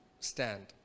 stand